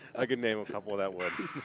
i could name a couple that would.